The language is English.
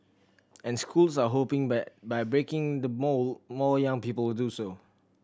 and schools are hoping that by breaking the mould more young people do so